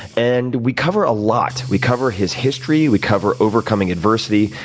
and we cover a lot. we cover his history. we cover overcoming adversity.